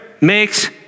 Makes